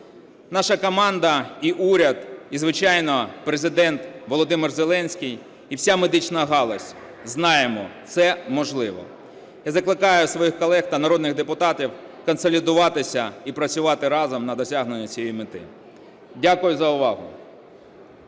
Наша команда і уряд, і, звичайно, Президент Володимир Зеленський, і вся медична галузь знаємо – це можливо. Я закликаю своїх колег та народних депутатів сконсолідуватися і працювати разом на досягненням цієї мети. Дякую за увагу.